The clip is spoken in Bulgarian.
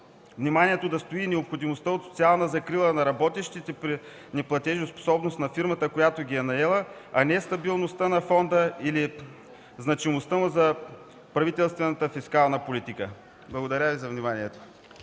вниманието да стои необходимостта от социална закрила на работещите при неплатежоспособност на фирмата, която ги е наела, а не стабилността на фонда или значимостта му за правителствената фискална политика. Благодаря Ви за вниманието.